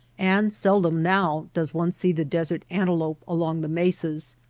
and seldom now does one see the desert antelope along the mesas,